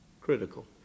Critical